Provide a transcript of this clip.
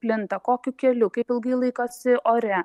plinta kokiu keliu kaip ilgai laikosi ore